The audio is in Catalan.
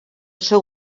seu